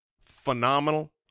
phenomenal